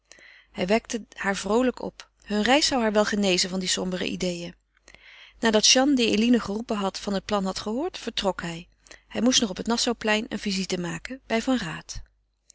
hij wekte haar vroolijk op hunne reis zou haar wel genezen van die sombere ideeën nadat jeanne die eline geroepen had van het plan had gehoord vertrok hij hij moest nog op het nassauplein een visite maken bij van raat